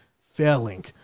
failing